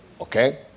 Okay